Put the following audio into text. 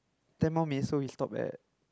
ten more minutes so we stop at